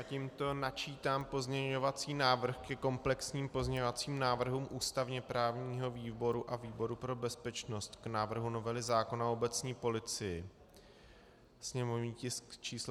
Tímto načítám pozměňovací návrh ke komplexním pozměňovacím návrhům ústavněprávního výboru a výboru pro bezpečnost k návrhu novely zákona o obecní policii, sněmovní tisk číslo 681.